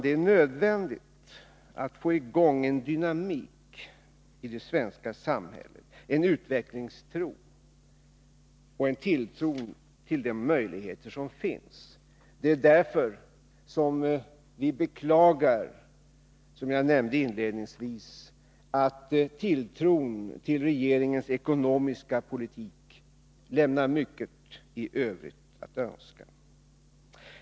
Det är nödvändigt att få i gång en dynamik i det svenska samhället, en utvecklingstro och en tilltro till de möjligheter som finns. Därför beklagar vi, som jag inledningsvis nämnde, att tilltron till regeringens ekonomiska politik lämnar mycket övrigt att önska.